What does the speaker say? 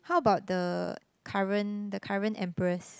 how about the current the current empress